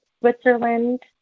Switzerland